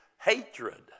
hatred